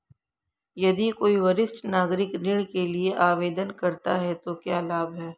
यदि कोई वरिष्ठ नागरिक ऋण के लिए आवेदन करता है तो क्या लाभ हैं?